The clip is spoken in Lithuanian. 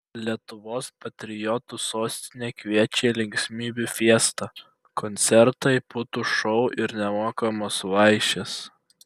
lietuvos patriotų sostinė kviečia į linksmybių fiestą koncertai putų šou ir nemokamos vaišės